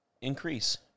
increase